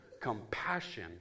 compassion